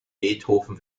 beethoven